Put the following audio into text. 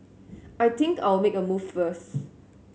I think I'll make a move first